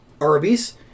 Arby's